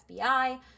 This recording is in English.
FBI